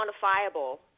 quantifiable